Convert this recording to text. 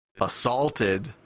assaulted